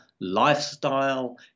lifestyle